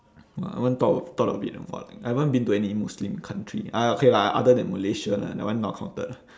I haven't thought of thought of it I haven't been to any muslim country !aiya! okay lah other than malaysia lah that one not counted